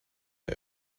der